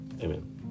amen